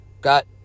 got